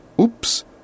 Oops